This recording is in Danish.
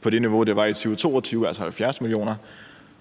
på det niveau, det var i 2022, altså 70 mio. kr.,